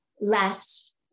last